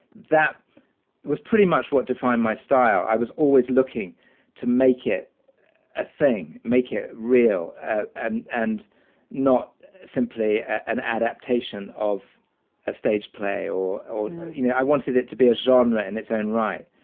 that was pretty much what defined my style. i was always looking to make it a thing, make it real ah and and not simply an adaptation of a stage play or, you know, i wanted it to be a genre in its own right.